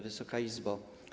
Wysoka Izbo!